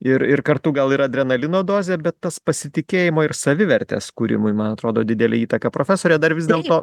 ir ir kartu gal ir adrenalino dozė bet tas pasitikėjimo ir savivertės kūrimui man atrodo didelę įtaką profesore dar vis dėlto